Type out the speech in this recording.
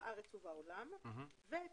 זה